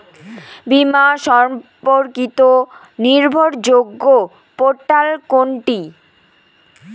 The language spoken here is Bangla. বীমা সম্পর্কিত নির্ভরযোগ্য পোর্টাল কোনটি?